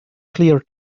clear